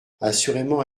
assurément